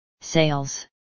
Sales